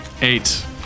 Eight